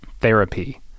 therapy